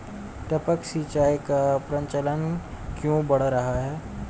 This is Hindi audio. टपक सिंचाई का प्रचलन क्यों बढ़ रहा है?